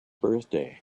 birthday